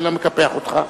אני לא מקפח אותך,